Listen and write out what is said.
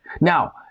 now